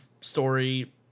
story